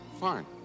Fine